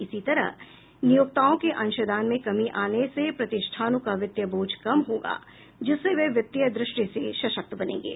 इसी तरह नियोक्ताओं के अंशदान में कमी आने से प्रतिष्ठानों का वित्तीय बोझ कम होगा जिससे वे वित्तीय दृष्टि से सशक्त बनेंगे